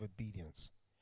obedience